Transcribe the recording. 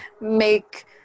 make